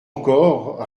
encore